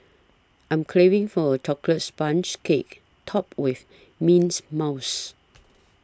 I am craving for a Chocolate Sponge Cake Topped with Mint Mousse